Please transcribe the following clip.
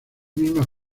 mismas